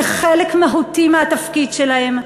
זה חלק מהותי מהתפקיד שלהם.